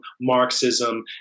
Marxism